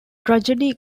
tragedy